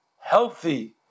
healthy